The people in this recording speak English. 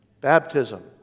baptism